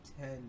ten